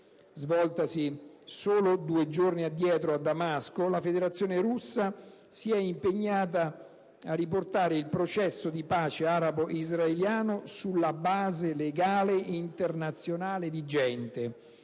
svoltasi solo due giorni addietro a Damasco, la Federazione Russa si è impegnata a riportare il processo di pace arabo-israeliano «sulla base legale internazionale vigente»,